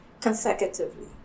consecutively